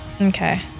Okay